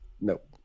Nope